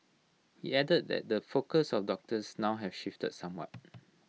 he added that the focus of doctors now have shifted somewhat